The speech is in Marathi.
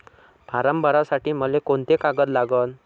फारम भरासाठी मले कोंते कागद लागन?